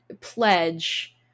pledge